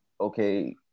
okay